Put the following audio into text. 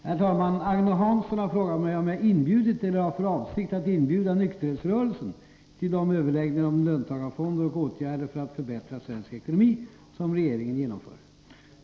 Herr talman! Agne Hansson har frågat mig om jag har inbjudit eller har för avsikt att inbjuda nykterhetsrörelsen till de överläggningar om löntagarfonder och åtgärder för att förbättra svensk ekonomi som regeringen genomför.